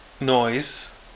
Noise